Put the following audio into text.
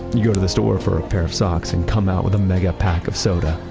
you go to the store for a pair of socks and come out with a mega-pack of soda.